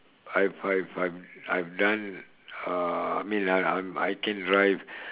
I've I've I've I've done uh I mean that I'm I I can drive